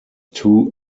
two